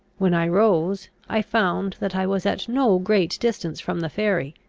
when i rose, i found that i was at no great distance from the ferry,